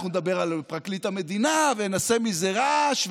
ואנחנו נדבר על פרקליט המדינה ונעשה מזה רעש,